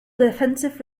defensive